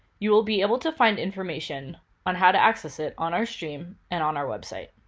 you will be able to find information on how to access it on our stream and on our website.